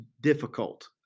difficult